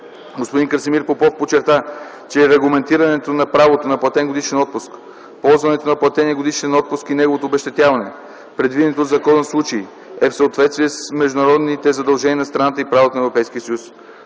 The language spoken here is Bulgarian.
господин Красимир Попов подчерта, че регламентирането на правото на платен годишен отпуск, ползването на платения годишен отпуск и неговото обезщетяване в предвидените от закона случаи, е в съответствие с международните задължения на страната и правото на Европейския съюз.